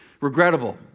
regrettable